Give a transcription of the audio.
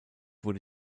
wurde